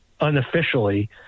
unofficially